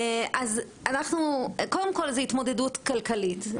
זו התמודדות כלכלית,